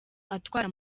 atwara